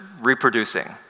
reproducing